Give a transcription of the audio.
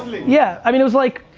yeah, i mean, there's like,